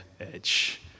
edge